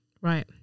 Right